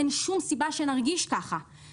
אין שום סיבה שנרגיש כך.